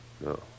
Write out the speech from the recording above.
No